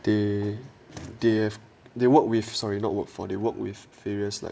they they have they work with sorry not work for the work with various like